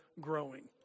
growing